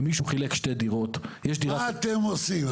אם מישהו חילק שתי דירות --- מה אתם עושים?